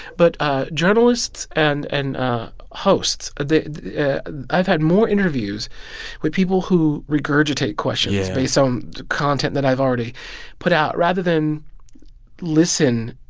but ah journalists and and hosts. i've had more interviews with people who regurgitate questions. yeah. based on the content that i've already put out rather than listen.